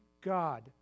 God